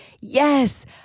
Yes